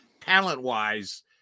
talent-wise